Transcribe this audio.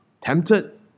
tempted